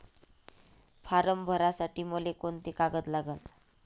Form भरासाठी मले कोंते कागद लागन?